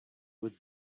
would